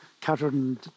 Catherine